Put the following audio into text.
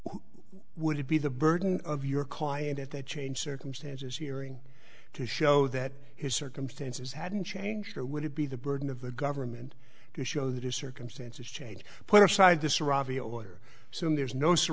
judge would be the burden of your call and at the changed circumstances hearing to show that his circumstances hadn't changed or would it be the burden of the government to show that his circumstances change put aside this ravi order so and there's no s